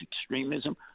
extremism